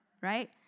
Right